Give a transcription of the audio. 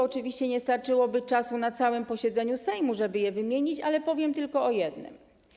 Oczywiście nie starczyłoby czasu na całym posiedzeniu Sejmu, żeby je wymienić, ale powiem tylko o jednym.